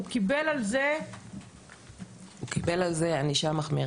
הוא קיבל על זה -- הוא קיבל על זה ענישה מחמירה.